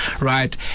right